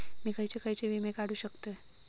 मी खयचे खयचे विमे काढू शकतय?